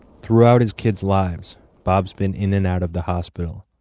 throughout his kids' lives bob's been in and out of the hospital.